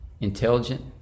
Intelligent